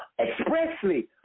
Expressly